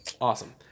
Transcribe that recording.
Awesome